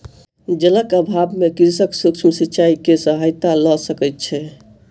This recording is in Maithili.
जलक अभाव में कृषक सूक्ष्म सिचाई के सहायता लय सकै छै